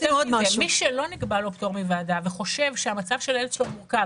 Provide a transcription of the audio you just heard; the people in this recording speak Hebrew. מי שלא נקבע לו פטור מוועדה וחושב שהמצב של הילד שלו מורכב,